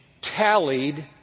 tallied